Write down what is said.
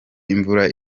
imvura